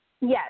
Yes